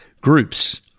groups